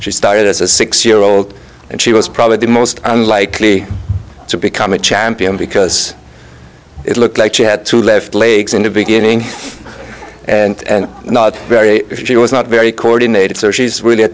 she started as a six year old and she was probably the most unlikely to become a champion because it looked like she had two left legs in the beginning and not very she was not very coordinated so she's really a